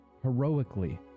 heroically